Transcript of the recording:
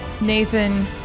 Nathan